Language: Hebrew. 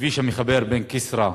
בכביש המחבר בין כסרא לסמיע.